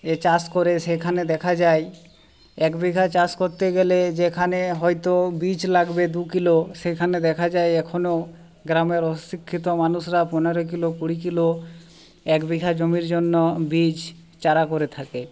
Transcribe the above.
এ চাষ করে সেখানে দেখা যায় এক বিঘা চাষ করতে গেলে যেখানে হয়তো বীজ লাগবে দু কিলো সেখানে দেখা যায় এখনো গ্রামের অশিক্ষিত মানুষরা পনেরো কিলো কুড়ি কিলো এক বিঘা জমির জন্য বীজ চারা করে থাকে